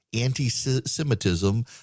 anti-Semitism